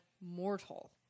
mortal